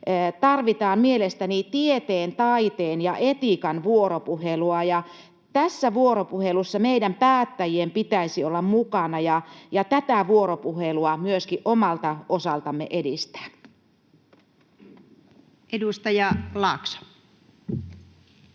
tarvitaan mielestäni tieteen, taiteen ja etiikan vuoropuhelua, ja tässä vuoropuhelussa meidän päättäjien pitäisi olla mukana ja tätä vuoropuhelua myöskin omalta osaltamme edistää. [Speech 27]